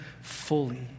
fully